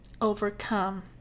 overcome